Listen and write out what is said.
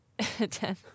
Ten